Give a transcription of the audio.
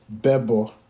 Bebo